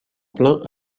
plaint